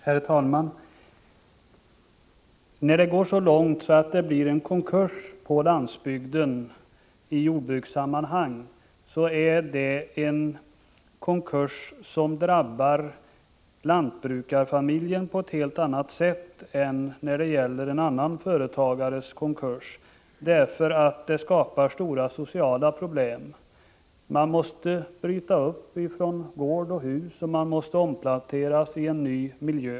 Herr talman! När det går så långt att ett jordbruk går i konkurs drabbar denna konkurs lantbrukarfamiljen på ett helt annat sätt än en konkurs i ett annat företag drabbar en familj. Konkursen för lantbrukaren skapar stora sociala problem. Familjen måste bryta upp från gård och hus och omplanteras i en ny miljö.